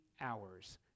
hours